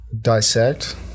dissect